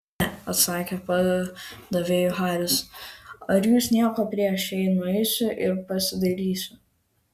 ne atsakė padavėjui haris ar jūs nieko prieš jei nueisiu ir pasidairysiu